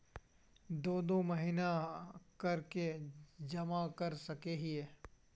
दो दो महीना कर के जमा कर सके हिये?